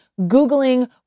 googling